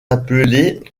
appelés